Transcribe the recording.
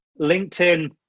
LinkedIn